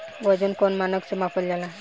वजन कौन मानक से मापल जाला?